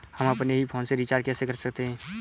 हम अपने ही फोन से रिचार्ज कैसे कर सकते हैं?